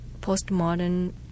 postmodern